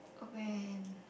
when